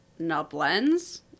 Nublens